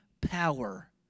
power